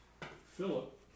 Philip